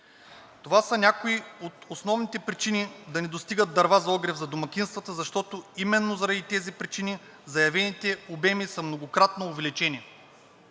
Това са някои от основните причини да не достигат дърва за огрев за домакинствата, защото именно заради тези причини заявените обеми са многократно увеличени.